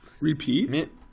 repeat